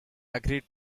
agreed